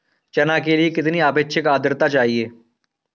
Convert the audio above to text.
चना के लिए कितनी आपेक्षिक आद्रता चाहिए?